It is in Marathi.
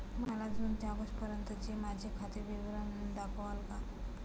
मला जून ते ऑगस्टपर्यंतचे माझे खाते विवरण दाखवाल का?